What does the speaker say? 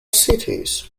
cities